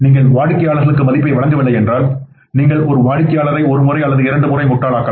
நீங்கள் வாடிக்கையாளர்களுக்கு மதிப்பை வழங்கவில்லை என்றால் நீங்கள் ஒரு வாடிக்கையாளரை ஒரு முறை அல்லது இரண்டு முறை முட்டாளாக்கலாம்